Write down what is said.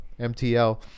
MTL